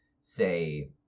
say